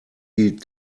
die